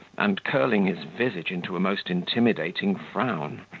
and curling his visage into a most intimidating frown.